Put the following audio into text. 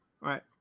right